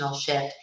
shift